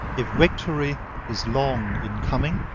if victory is long in coming,